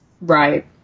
Right